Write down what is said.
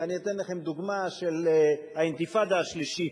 ואני אתן לכם דוגמה של האינתיפאדה השלישית.